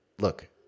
look